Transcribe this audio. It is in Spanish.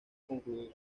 concluir